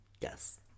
Yes